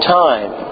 time